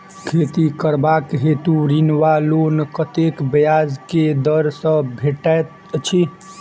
खेती करबाक हेतु ऋण वा लोन कतेक ब्याज केँ दर सँ भेटैत अछि?